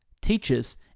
teachers